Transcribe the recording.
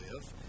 live